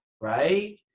Right